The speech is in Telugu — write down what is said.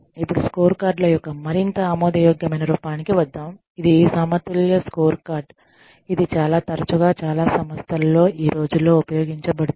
ఇప్పుడు స్కోర్కార్డ్ల యొక్క మరింత ఆమోదయోగ్యమైన రూపానికి వద్దాం ఇది సమతుల్య స్కోర్కార్డ్ ఇది చాలా తరచుగా చాలా సంస్థలలో ఈ రోజుల్లో ఉపయోగించబడుతుంది